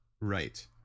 Right